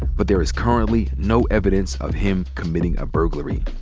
but there is currently no evidence of him committing a burglary.